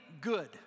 good